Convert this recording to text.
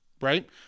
Right